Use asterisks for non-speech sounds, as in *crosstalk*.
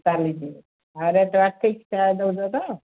ଚାଲିଛି *unintelligible* ଠିକ୍ ସେୟା ଦେଉଛ ତ